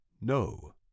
no